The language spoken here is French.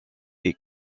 est